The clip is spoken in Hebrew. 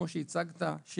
כמו שהצגת,